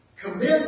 Commit